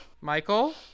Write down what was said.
Michael